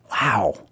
Wow